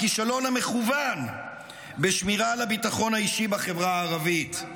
הכישלון המכוון בשמירה על הביטחון האישי בחברה הערבית.